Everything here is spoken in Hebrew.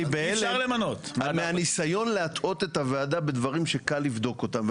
אני בהלם מהניסיון להטעות את הוועדה בדברים שקל לבדוק אותם.